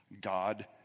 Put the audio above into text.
God